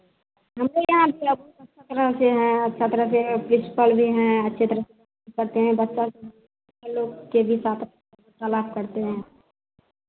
हमारे यहाँ से अब वो रहते हैं अच्छा तरह से प्रिंसिपल भी हैं अच्छे तरह से बच्चे पढ़ते हैं बच्चा लोग के भी साथ वार्तालाप करते हैं